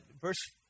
verse